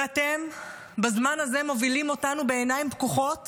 ואתם בזמן הזה מובילים אותנו בעיניים פקוחות